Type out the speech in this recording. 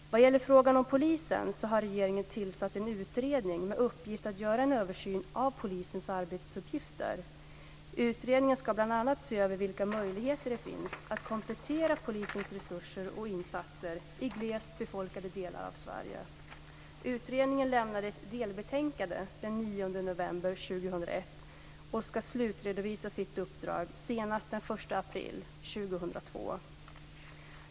Vad gäller frågan om polisen har regeringen tillsatt en utredning med uppgift att göra en översyn av polisens arbetsuppgifter. Utredningen ska bl.a. se över vilka möjligheter det finns att komplettera polisens resurser och insatser i glest befolkade delar av 9 november 2001 och ska slutredovisa sitt uppdrag senast den 1 april 2002.